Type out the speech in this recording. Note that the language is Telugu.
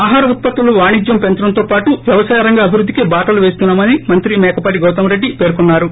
ఆహార ఉత్పత్తులు వాణిజ్యం పెంచడంతో పాటు వ్యవసాయ రంగ అభివ్వద్దీకి బాటలు వేస్తున్నా మని మంత్రి మేకపాటి గౌతమ్ రెడ్డి పేర్కొన్నారు